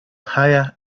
hire